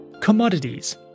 commodities